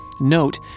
Note